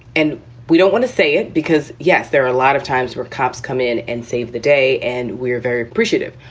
and we don't want to say it because, yes, there are a lot of times where cops come in and save the day and we are very appreciative.